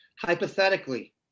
hypothetically